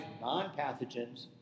non-pathogens